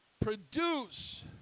produce